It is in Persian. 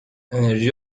انِرژی